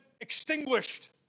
extinguished